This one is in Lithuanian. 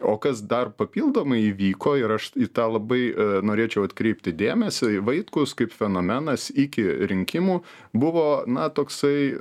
o kas dar papildomai įvyko ir aš į tą labai norėčiau atkreipti dėmesį vaitkus kaip fenomenas iki rinkimų buvo na toksai